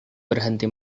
berhenti